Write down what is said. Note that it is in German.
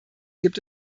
gibt